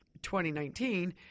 2019